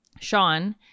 Sean